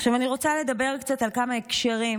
עכשיו אני רוצה לדבר קצת על כמה הקשרים,